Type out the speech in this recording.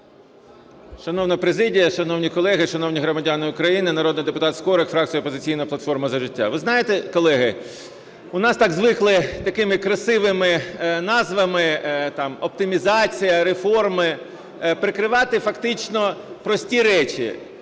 Шановна президія, шановні колеги, шановні громадяни України! Народний депутат Скорик, фракція "Опозиційна платформа - За життя". Ви знаєте, колеги, у нас так звикли такими красивими назвами "оптимізація реформи" прикривати фактично прості речі,